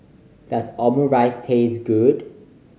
does Omurice taste good